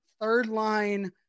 third-line